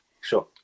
Sure